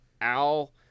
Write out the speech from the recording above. Al